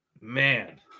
Man